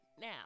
now